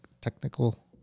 technical